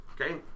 okay